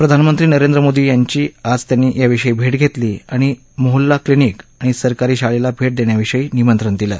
प्रधानमंत्री नरेंद्र मोदी यांची आज त्यांनी याविषयी भेट घेतली आणि मोहल्ला क्लिनिक आणि सरकारी शाळेला भेट देण्याविषयी निमंत्रण दिलं